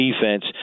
defense